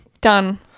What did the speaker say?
Done